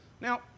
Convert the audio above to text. Now